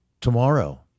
tomorrow